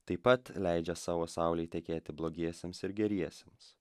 taip pat leidžia savo saulei tekėti blogiesiems ir geriesiems